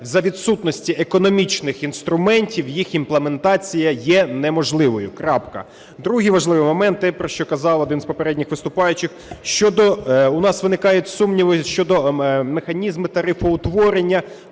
за відсутності економічних інструментів їх імплементація є неможливою. Крапка. Другий важливий момент. Те, про що казав один з попередніх виступаючих, щодо… у нас виникають сумніви щодо механізму тарифоутворення